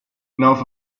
north